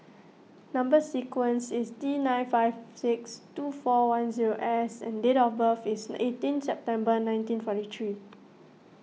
Number Sequence is T nine five six two four one zero S and date of birth is eighteen September nineteen forty three